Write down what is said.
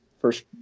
First